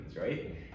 right